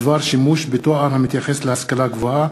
בדבר שימוש בתואר המתייחס להשכלה גבוהה,